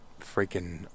freaking